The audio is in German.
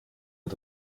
den